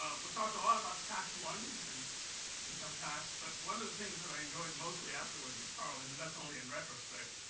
ah we talked a lot about tax i and income tax, but one of the things that i enjoyed mostly afterwards with carlyn, and that's only in retrospect,